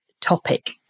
topic